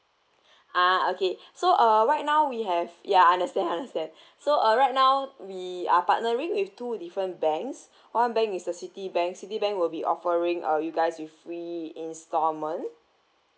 ah okay so uh right now we have ya understand understand so uh right now we are partnering with two different banks one bank is the CITI bank CITI bank will be offering uh you guys with free installment